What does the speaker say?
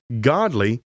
Godly